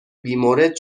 بیمورد